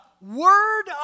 word